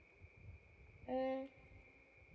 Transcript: mm